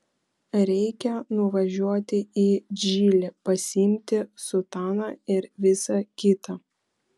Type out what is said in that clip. reikia nuvažiuoti į džilį pasiimti sutaną ir visa kita